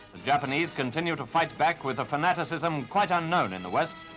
the japanese continue to fight back with a fanaticism quite unknown in the west.